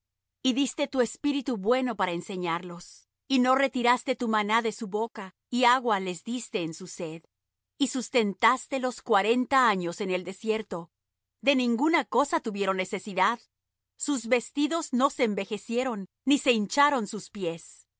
y diste tu espíritu bueno para enseñarlos y no retiraste tu maná de su boca y agua les diste en su sed y sustentástelos cuarenta años en el desierto de ninguna cosa tuvieron necesidad sus vestidos no se envejecieron ni se hincharon sus pies